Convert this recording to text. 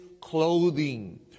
clothing